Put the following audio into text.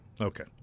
Okay